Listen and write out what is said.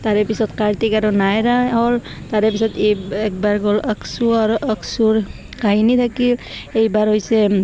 তাৰেপিছত কাৰ্তিক আৰু নায়ৰাৰ হ'ল তাৰেপিছত এই একবাৰ গ'ল আক্সো অ আক্সোৰ কাহিনী থাকিল এইবাৰ হৈছে